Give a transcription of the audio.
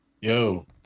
Yo